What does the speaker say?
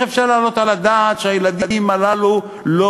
איך אפשר להעלות על הדעת שהילדים הללו לא